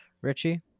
Richie